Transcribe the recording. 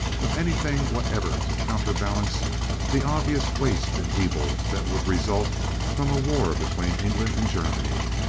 of anything whatever to counterbalance the obvious waste and evil, that would result from a war between england and germany,